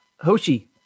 Hoshi